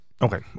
Okay